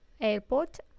airport